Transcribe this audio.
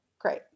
Great